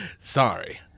Sorry